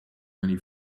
many